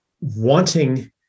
wanting